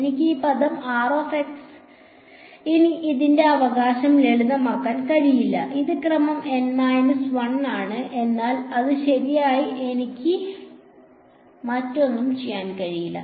എനിക്ക് ഈ പദം ഇനി അതിന്റെ അവകാശം ലളിതമാക്കാൻ കഴിയില്ല ഇത് ക്രമം N 1 ആണ് എന്നാൽ അത് ശരിയാണ് എനിക്ക് മറ്റൊന്നും ചെയ്യാൻ കഴിയില്ല